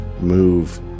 move